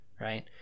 right